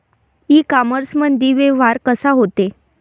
इ कामर्समंदी व्यवहार कसा होते?